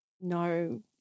no